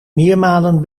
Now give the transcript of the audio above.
meermalen